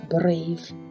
brave